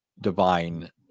divine